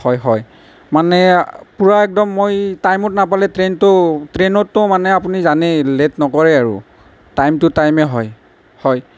হয় হয় মানে পূৰা একদম মই টাইমত নাপালে ট্ৰেইনটো ট্ৰেইনতটো মানে আপুনি জানেই লেট নকৰে আৰু টাইমটো টাইমে হয় হয়